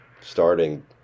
starting